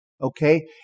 Okay